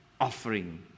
offering